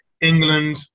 England